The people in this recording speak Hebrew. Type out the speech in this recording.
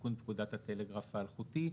תיקון פקודת הטלגרף האלחוטי.